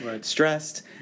stressed